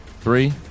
three